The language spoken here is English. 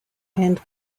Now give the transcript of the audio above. and